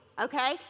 okay